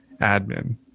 admin